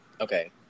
Okay